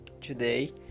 today